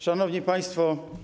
Szanowni Państwo!